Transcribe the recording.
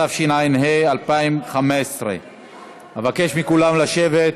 התשע"ה 2015. אבקש מכולם לשבת.